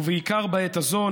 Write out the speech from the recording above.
ובעיקר בעת הזאת,